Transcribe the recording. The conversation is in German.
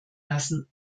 lassen